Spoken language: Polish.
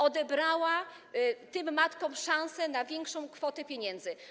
Odebrała tym matkom szansę na większą kwotę pieniędzy.